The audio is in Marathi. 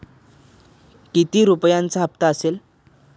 किती रुपयांचा हप्ता असेल?